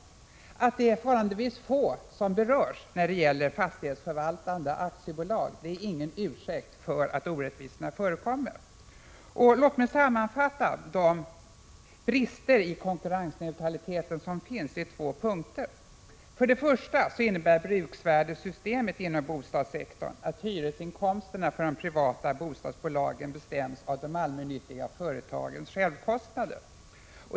Att säga att det är förhållandevis få som berörs när det gäller fastighetsförvaltande aktiebolag utgör ingen ursäkt för att orättvisor förekommer. Låt mig under två punkter sammanfatta de brister i konkurrensneutraliteten som finns. För det första innebär bruksvärdessystemet inom bostadssektorn att hyresinkomsterna för de privata bostadsbolagen bestäms av de allmännyttiga 101 företagens självkostnader.